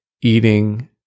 eating